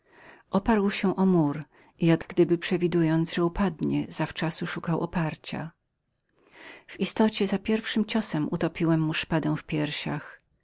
oparł się o mur jak gdyby przewidując że upadnie zawczasu szukał był oparciaoparcia w istocie od pierwszego ciosu utopiłem mu szpadę w piersiach